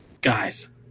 guys